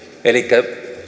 elikkä